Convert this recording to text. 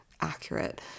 accurate